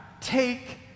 Take